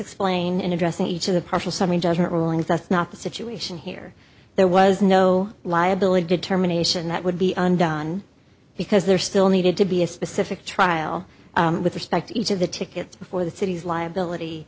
explain in addressing each of the partial summary judgment rulings that's not the situation here there was no liability determination that would be undone because there still needed to be a specific trial with respect to each of the tickets before the city's liability